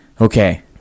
Okay